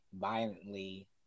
violently